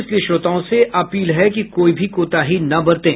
इसलिए श्रोताओं से अपील है कि कोई भी कोताही न बरतें